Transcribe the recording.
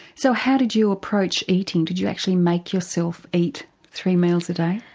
so how did you approach eating, did you actually make yourself eat three meals a day?